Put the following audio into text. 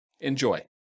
Enjoy